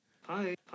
Hi